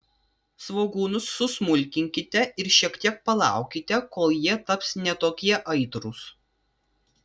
svogūnus susmulkinkite ir šiek tiek palaukite kol jie taps ne tokie aitrūs